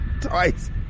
twice